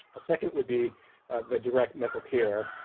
a second would be the direct medical care.